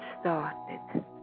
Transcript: started